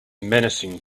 menacing